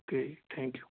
okay ji thank you